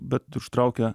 bet užtraukia